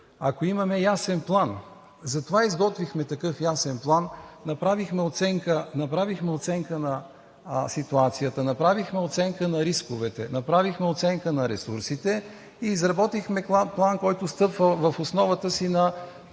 ако имаме ясен план. Затова изготвихме такъв ясен план, направихме оценка на ситуацията, направихме оценка на рисковете, направихме оценка на ресурсите и изработихме план, който стъпва в основата си на